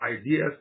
ideas